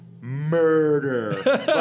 murder